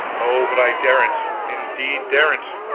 oh, but i daren't, indeed daren't!